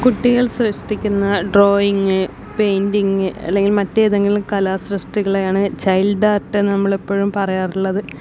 കുട്ടികൾ സൃഷ്ടിക്കുന്ന drawing painting അല്ലെങ്കിൽ മറ്റേതെങ്കിലും കലാ സൃഷ്ടികളെയാണ് ചൈൽഡാർട്ട് നമ്മളെപ്പോഴും പറയാറുള്ളത്